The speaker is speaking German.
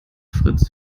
fritz